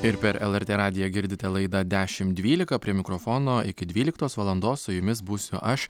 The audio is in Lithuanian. ir per lrt radiją girdite laida dešim dvylika prie mikrofono iki dvyliktos valandos su jumis būsiu aš